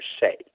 say